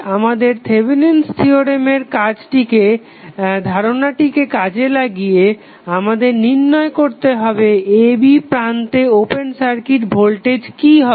আমাদের থেভেনিন'স থিওরেমের ধারণটিকে কাজে লাগিয়ে আমাদের নির্ণয় করতে হবে a b প্রান্তে ওপেন সার্কিট ভোল্টেজ কি হবে